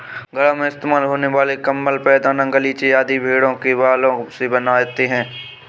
घरों में इस्तेमाल होने वाले कंबल पैरदान गलीचे आदि भेड़ों के बालों से बनते हैं